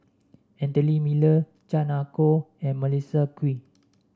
Anthony Miller Chan Ah Kow and Melissa Kwee